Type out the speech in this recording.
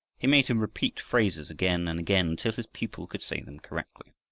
he made him repeat phrases again and again until his pupil could say them correctly.